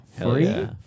Free